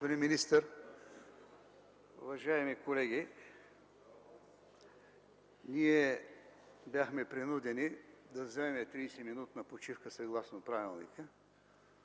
министър, уважаеми колеги! Ние бяхме принудени да вземем 30-минутна почивка, съгласно правилника.